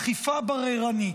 אכיפה בררנית.